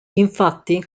infatti